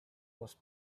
was